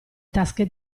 tasche